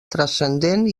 transcendent